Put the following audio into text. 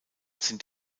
sind